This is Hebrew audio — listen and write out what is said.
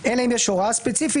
אלא אם יש הוראה ספציפית.